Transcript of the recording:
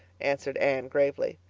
answered anne gravely.